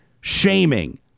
shaming